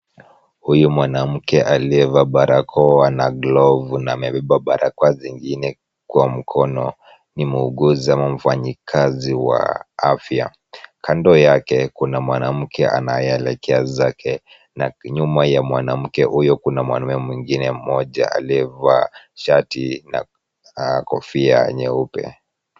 Huyu mwanamke aliyevaa barakoa na glovu na amebeba barakoa zingine kwa mkono, ni muuguzi ama mfanyikazi wa afya, kando yake kuna mwanamke anayeelekeza na nyuma ya mwanamke huyo kuna mwanamume mwingine mmoja aliyevaa shati na kofia nyeupe.